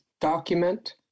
document